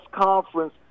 conference